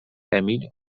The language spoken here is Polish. emil